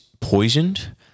poisoned